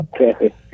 Okay